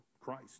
Christ